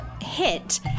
hit